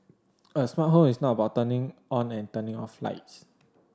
a smart home is not about turning on and turning off lights